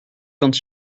quand